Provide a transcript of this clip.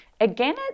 Again